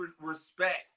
respect